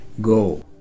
go